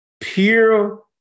Pure